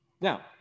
Now